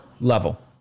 level